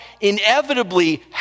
inevitably